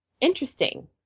interesting